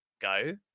go